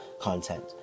content